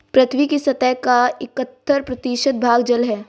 पृथ्वी की सतह का इकहत्तर प्रतिशत भाग जल है